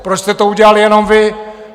Proč jste to udělali jenom vy?